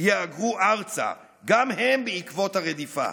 יהגרו ארצה גם הם בעקבות הרדיפה.